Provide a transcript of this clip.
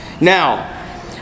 Now